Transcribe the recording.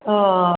औ